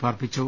പാർപ്പിച്ചു